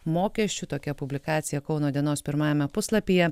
mokesčių tokia publikacija kauno dienos pirmajame puslapyje